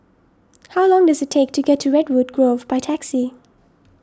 how long does it take to get to Redwood Grove by taxi